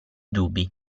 dubbi